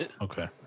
Okay